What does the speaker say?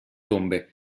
tombe